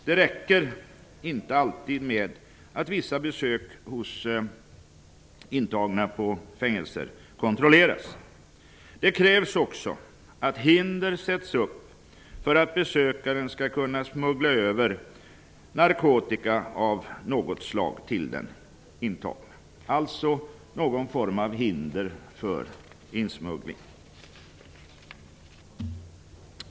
Det räcker inte alltid med att vissa besök hos de intagna på fängelser kontrolleras. Det krävs också att hinder sätts upp för att besökaren skall kunna smuggla över narkotika av något slag till den intagne, alltså någon typ av hinder för insmuggling.